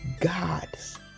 God's